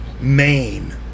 Maine